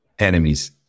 enemies